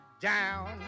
down